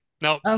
no